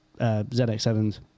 ZX7s